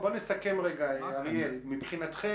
בוא נסכם, אריאל, מבחינתכם